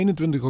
21